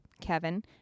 Kevin